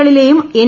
കളിലെയും N